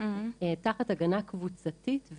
תחת הגנה קבוצתית,